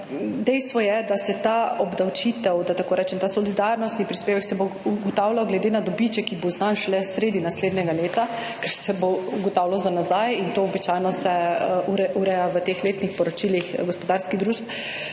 dejstvo je, da se ta obdavčitev, da tako rečem, ta solidarnostni prispevek se bo ugotavljal glede na dobiček, ki bo znan šele sredi naslednjega leta, ker se bo ugotavljal za nazaj in to običajno se ureja v teh letnih poročilih gospodarskih družb,